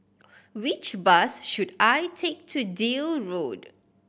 which bus should I take to Deal Road